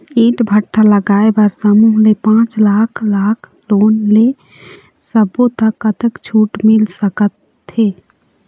ईंट भट्ठा लगाए बर समूह ले पांच लाख लाख़ लोन ले सब्बो ता कतक छूट मिल सका थे?